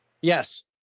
yes